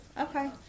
Okay